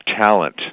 talent